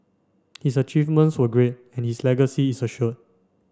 his achievements were great and his legacy is assured